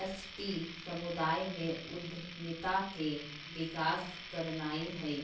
ST समुदाय में उद्यमिता के विकास करनाइ हइ